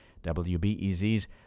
WBEZ's